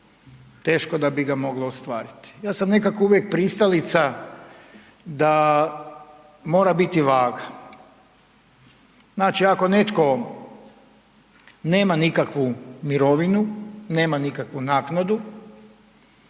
teško da bi ga moglo ostvariti. Ja sam nekako uvijek pristalica da mora biti vaga. Znači ako netko nema nikakvu mirovinu, nema nikakvu naknadu,